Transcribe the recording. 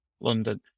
London